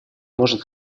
может